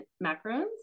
Macaroons